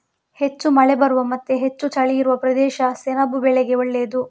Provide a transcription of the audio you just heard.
ಹೆಚ್ಚು ಮಳೆ ಬರುವ ಮತ್ತೆ ಹೆಚ್ಚು ಚಳಿ ಇರುವ ಪ್ರದೇಶ ಸೆಣಬು ಬೆಳೆಗೆ ಒಳ್ಳೇದು